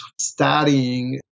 studying